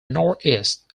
northeast